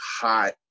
hot